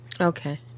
Okay